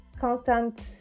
constant